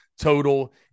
total